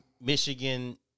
Michigan